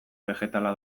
begetala